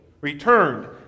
returned